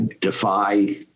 defy